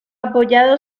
apoyado